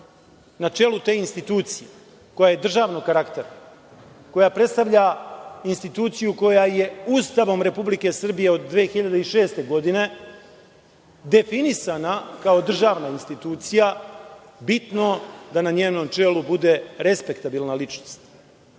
na čelu te institucije koja je državnog karaktera, koja predstavlja instituciju koja je Ustavom Republike Srbije od 2006. godine definisana kao državna institucija, bitno da na njenom čelu bude respektabilna ličnost,